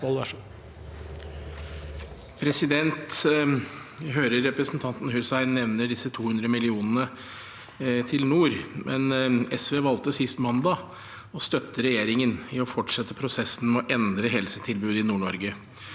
Jeg hører represen- tanten Hussein nevne disse 200 millionene til Helse nord, men SV valgte sist mandag å støtte regjeringen i å fortsette prosessen med å endre helsetilbudet i NordNorge.